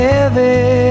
Heavy